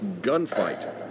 gunfight